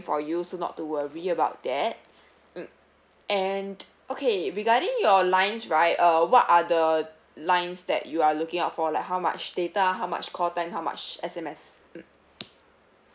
for you so not to worry about that mm and okay regarding your lines right uh what are the lines that you are looking out for like how much data how much call time how much S_M_S mm